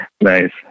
Nice